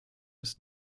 ist